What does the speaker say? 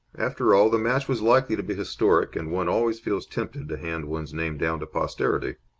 after all, the match was likely to be historic, and one always feels tempted to hand one's name down to posterity.